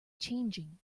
changing